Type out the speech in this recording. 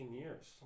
years